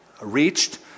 reached